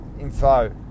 info